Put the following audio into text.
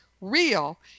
real